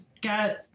got